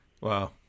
Wow